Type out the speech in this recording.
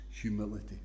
humility